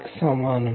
కు సమానం